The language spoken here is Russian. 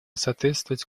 соответствовать